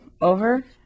over